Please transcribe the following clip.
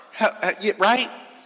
right